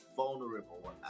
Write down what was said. vulnerable